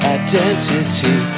identity